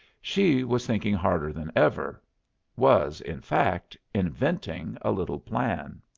she was thinking harder than ever was, in fact, inventing a little plan.